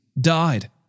died